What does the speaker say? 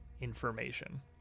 information